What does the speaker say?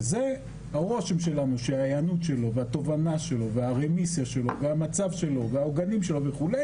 הרושם שלנו שההיענות שלו והתובנה שלו והמצב שלו והאורגנים שלו וכו'